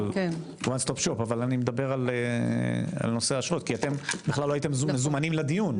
אבל אני מדבר על נושא ה - כי לא הייתם בכלל מזומנים לדיון.